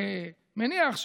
מניח,